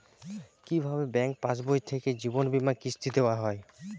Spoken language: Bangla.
কি ভাবে ব্যাঙ্ক পাশবই থেকে জীবনবীমার কিস্তি দেওয়া হয়?